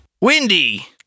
Windy